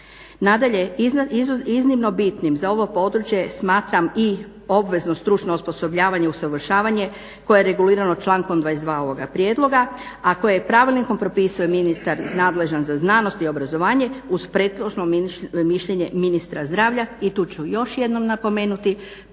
Nadalje iznimno bitnim za ovo područje smatram i obvezno stručno osposobljavanje, usavršavanje koje je regulirano člankom 22 ovoga prijedloga a kojeg pravilnikom propisuje ministar nadležan za znanost i obrazvoanje uz prethodno mišljenje ministra zdravlja i tu ću još jednom napomenuti